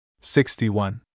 Sixty-one